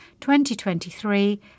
2023